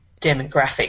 demographic